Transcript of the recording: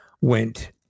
went